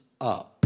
up